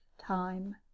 time